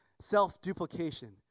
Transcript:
self-duplication